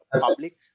public